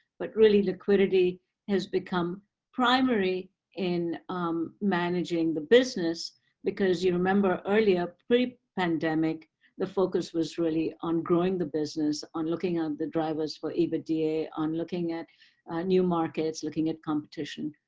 but really, liquidity has become primary in managing the business because you remember earlier pre-pandemic the focus was really on growing the business, on looking at the drivers for ebitda, on looking at new markets, looking at competition.